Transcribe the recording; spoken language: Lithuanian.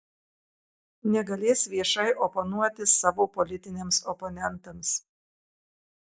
negalės viešai oponuoti savo politiniams oponentams